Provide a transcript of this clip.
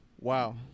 wow